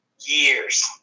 years